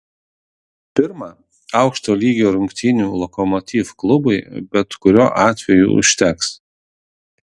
pirma aukšto lygio rungtynių lokomotiv klubui bet kuriuo atveju užteks